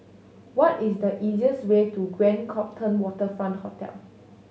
what is the easiest way to Grand Copthorne Waterfront Hotel